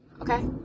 Okay